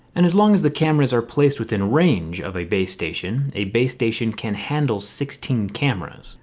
and as long as the cameras are placed within range of a base station, a base station can handle sixteen cameras,